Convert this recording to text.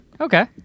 Okay